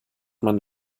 man